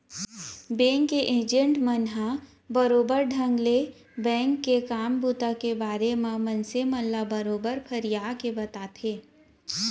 bank के agent मन ह बरोबर बने ढंग ले बेंक के काम बूता के बारे म मनसे मन ल बरोबर फरियाके बताथे